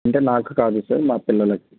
అంటే నాకు కాదు సార్ మా పిల్లలకి